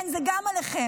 כן, זה גם עליכם.